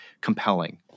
compelling